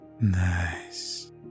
Nice